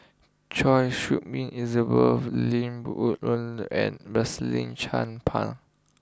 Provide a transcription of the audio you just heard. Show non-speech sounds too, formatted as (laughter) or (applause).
Choy Su Moi Elizabeth Lim (unintelligible) and Rosaline Chan Pang